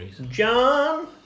John